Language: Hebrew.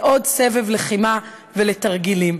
לעוד סבב לחימה ולתרגילים.